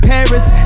Paris